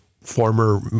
former